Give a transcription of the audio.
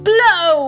Blow